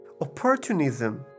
opportunism